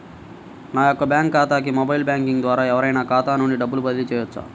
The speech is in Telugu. నా యొక్క బ్యాంక్ ఖాతాకి మొబైల్ బ్యాంకింగ్ ద్వారా ఎవరైనా ఖాతా నుండి డబ్బు బదిలీ చేయవచ్చా?